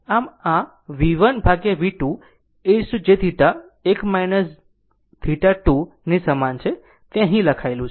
અને આ એક V1V2 e jθ 1 θ2 ની સમાન છે તે અહીં લખાયેલું છે